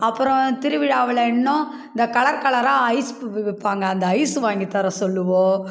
அப்பறம் திருவிழாவில் இன்னோம் இந்த கலர் கலராக ஐஸ் விற்பாங்க அந்த ஐஸ் வாங்கி தர சொல்லுவோம்